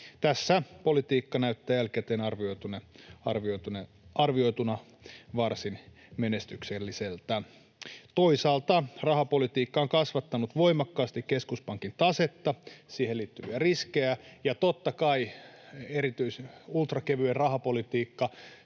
Tässä politiikka näyttää jälkikäteen arvioituna varsin menestykselliseltä. Toisaalta rahapolitiikka on kasvattanut voimakkaasti keskuspankin tasetta ja siihen liittyviä riskejä, ja totta kai ultrakevyellä rahapolitiikalla